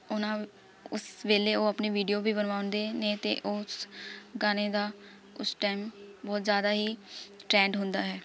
ਉਹਨਾਂ ਉਸ ਵੇਲੇ ਉਹ ਆਪਣੇ ਵੀਡਿਓ ਵੀ ਬਣਵਾਉਂਦੇ ਅਤੇ ਉਹ ਉਸ ਗਾਣੇ ਦਾ ਉਸ ਟਾਈਮ ਬਹੁਤ ਜ਼ਿਆਦਾ ਹੀ ਟ੍ਰੈਡ ਹੁੰਦਾ ਹੈ